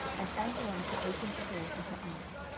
and ann veronica opened the door for her aunt.